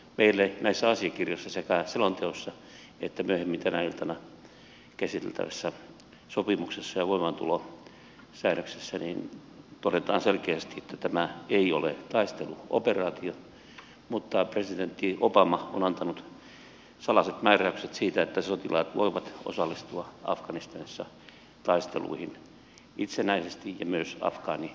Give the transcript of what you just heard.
meille näissä asiakirjoissa sekä selonteossa että myöhemmin tänä iltana käsiteltävässä sopimuksessa ja voimaantulosäännöksessä todetaan selkeästi että tämä ei ole taisteluoperaatio mutta presidentti obama on antanut salaiset määräykset siitä että sotilaat voivat osallistua afganistanissa taisteluihin itsenäisesti ja myös afgaaniarmeijan rinnalla